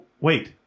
wait